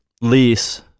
lease